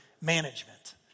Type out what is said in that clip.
management